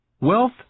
Wealth